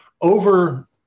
over